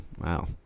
wow